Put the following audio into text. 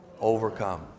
overcome